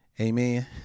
amen